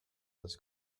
this